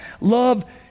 Love